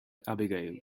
abigail